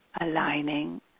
aligning